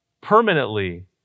permanently